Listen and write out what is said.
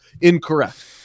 incorrect